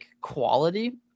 quality